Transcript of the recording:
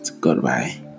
goodbye